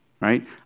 right